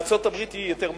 בארצות-הברית היא יותר מכפולה,